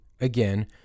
again